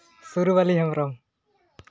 ᱥᱩᱨᱩᱵᱟᱹᱞᱤ Hembrom